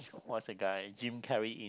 what's the guy Jim-Carrey in